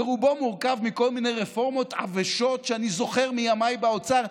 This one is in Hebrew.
ורובו מורכב מכל מיני רפורמות עבשות שאני זוכר מימיי באוצר.